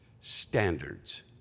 standards